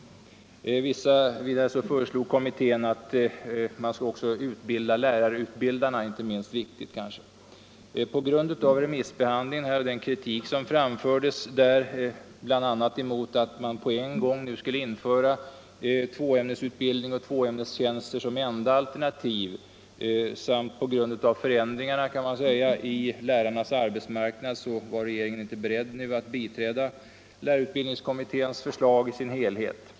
Vidare föreslog kommittén att man skulle utbilda lärarutbildarna — det är inte minst viktigt kanske. På grund av den kritik som framfördes vid remissbehandlingen, bl.a. emot att man nu på en gång skulle införa tvåämnesutbildning och tvåämnestjänster som enda alternativ, samt på grund av förändringarna i lärarnas arbetsmarknad, var regeringen inte beredd att biträda lärarutbildningskommitténs förslag i dess helhet.